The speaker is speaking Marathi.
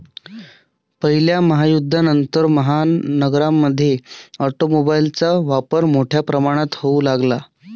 पहिल्या महायुद्धानंतर, महानगरांमध्ये ऑटोमोबाइलचा वापर मोठ्या प्रमाणावर होऊ लागला